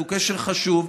הוא קשר חשוב,